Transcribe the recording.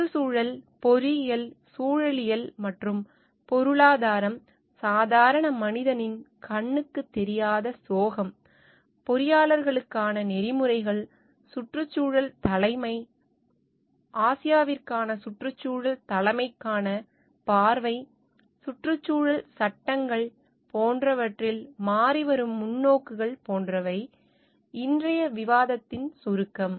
சுற்றுச்சூழல் பொறியியல் சூழலியல் மற்றும் பொருளாதாரம் சாதாரண மனிதனின் கண்ணுக்குத் தெரியாத சோகம் பொறியாளர்களுக்கான நெறிமுறைகள் சுற்றுச்சூழல் தலைமை ஆசியாவிற்கான சுற்றுச்சூழல் தலைமைக்கான பார்வை சுற்றுச்சூழல் சட்டங்கள் போன்றவற்றில் மாறிவரும் முன்னோக்குகள் போன்றவை இன்றைய விவாதத்தின் சுருக்கம்